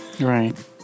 Right